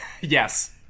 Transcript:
Yes